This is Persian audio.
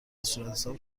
صورتحساب